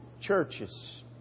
churches